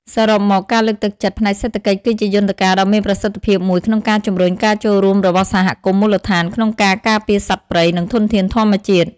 សរុបមក ការលើកទឹកចិត្តផ្នែកសេដ្ឋកិច្ចគឺជាយន្តការដ៏មានប្រសិទ្ធភាពមួយក្នុងការជំរុញការចូលរួមរបស់សហគមន៍មូលដ្ឋានក្នុងការការពារសត្វព្រៃ និងធនធានធម្មជាតិ។